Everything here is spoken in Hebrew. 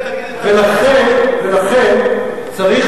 ולכן צריך,